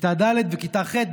בכיתה ד', בכיתה ח'.